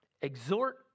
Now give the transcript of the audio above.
exhort